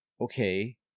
okay